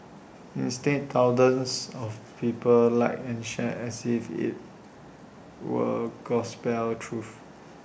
instead thousands of people liked and shared IT as if IT were gospel truth